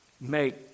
Make